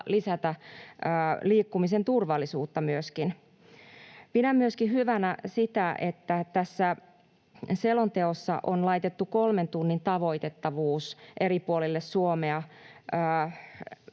lisätä liikkumisen turvallisuutta myöskin. Pidän hyvänä myöskin sitä, että tässä selonteossa on laitettu kolmen tunnin tavoitettavuus eri puolille Suomea